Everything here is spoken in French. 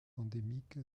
endémique